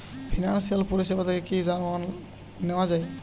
Financial পরিসেবা থেকে কি যানবাহন নেওয়া যায়?